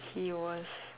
he was